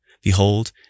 behold